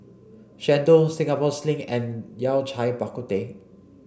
Chendol Singapore Sling and Yao Cai Bak Kut Teh